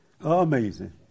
Amazing